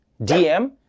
DM